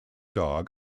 dog